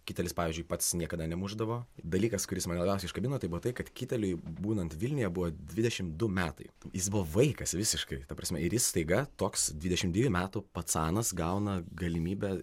kitelis pavyzdžiui pats niekada nemušdavo dalykas kuris mane labiausiai užkabino tai buvo tai kad kiteliui būnant vilniuje buvo dvidešimt du metai jis buvo vaikas visiškai ta prasme ir jis staiga toks dvidešimt dviejų metų pacanas gauna galimybę